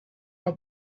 mei